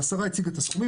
והשרה הציגה את הסכומים,